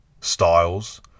Styles